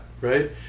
Right